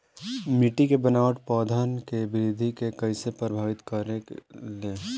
मिट्टी के बनावट पौधन के वृद्धि के कइसे प्रभावित करे ले?